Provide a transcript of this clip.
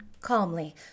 calmly